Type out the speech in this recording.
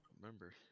remember